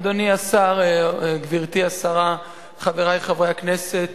אדוני השר, גברתי השרה, חברי חברי הכנסת,